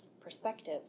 perspectives